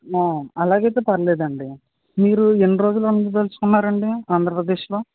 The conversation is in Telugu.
ఆ అలాగ అయితే పర్వాలేదు అండి మీరు ఎన్ని రోజులు ఉండదలచుకున్నారు అండి ఆంద్రప్రదేశ్లో